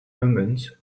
omens